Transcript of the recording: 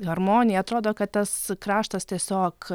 harmonija atrodo kad tas kraštas tiesiog